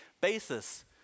basis